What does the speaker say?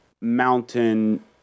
mountain